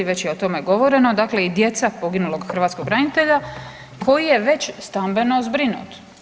Već je o tome govoreno, dakle i djeca poginulog hrvatskog branitelja koji je već stambeno zbrinut.